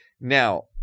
Now